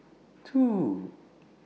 two